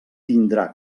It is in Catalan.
tindrà